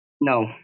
No